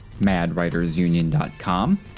madwritersunion.com